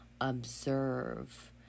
observe